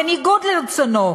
בניגוד לרצונו,